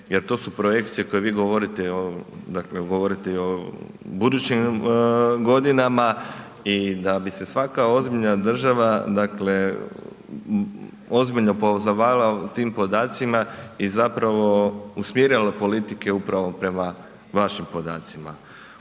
jer to su projekcije koje vi govorite, dakle govorite i o budućim godinama i da bi se svaka ozbiljna država dakle ozbiljno pozabavila tim podacima i zapravo usmjerila politike upravo prema vašim podacima.